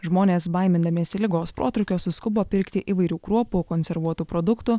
žmonės baimindamiesi ligos protrūkio suskubo pirkti įvairių kruopų konservuotų produktų